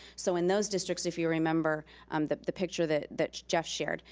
so in those districts, if you remember um the the picture that that jeff shared,